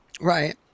Right